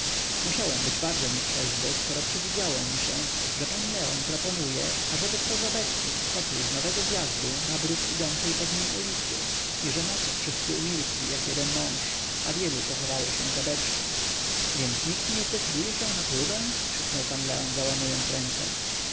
musiałem być bardzo nietrzeźwy skoro przywidziało mi się że pan leon proponuje ażeby kto z obecnych skoczył z nowego zjazdu na bruk idącej pod nim ulicy i że na to wszyscy umilkli jak jeden mąż a wielu pochowało się za beczki więc nikt nie zdecyduje się na próbę krzyknął pan leon załamując ręce